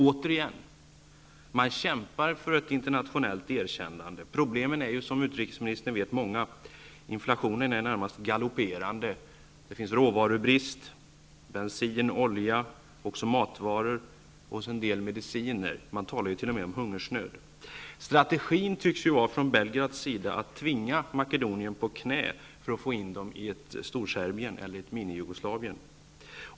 Man kämpar för ett internationellt erkännande. Som utrikesministern vet är ju problemen många. Inflationen är i det närmaste galopperande. Det råder råvarubrist och brist på bensin, olja, matvaror och vissa mediciner. Man talar t.o.m. om hungersnöd. Strategin från Belgrads sida tycks vara att tvinga Makedonien på knä för att man skall få in Makedonien i ett Storserbien eller i ett Minijugoslavien.